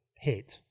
hit